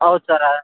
ಹೌದು ಸರ